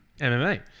mma